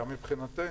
גם מבחינתנו.